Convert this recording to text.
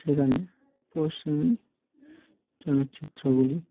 সেখানে পশ্চিমী চলচ্চিত্রগুলি